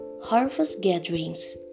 harvest-gatherings